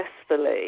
successfully